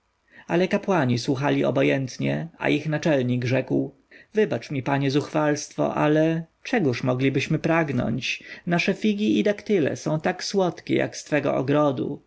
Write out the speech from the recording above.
ale kapłani słuchali obojętnie a ich naczelnik rzekł wybacz mi panie zuchwalstwo ale czegóż moglibyśmy pragnąć nasze figi i daktyle są tak słodkie jak z twego ogrodu